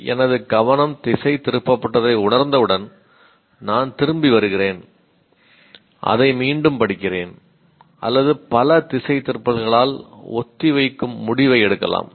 எனவே எனது கவனம் திசைதிருப்பப்பட்டதை உணர்ந்தவுடன் நான் திரும்பி வருகிறேன் அதை மீண்டும் படிக்கிறேன் அல்லது பல திசைதிருப்பல்களால் ஒத்திவைக்கும் முடிவை எடுக்கலாம்